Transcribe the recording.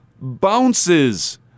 bounces